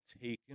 taken